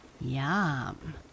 Yum